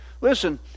listen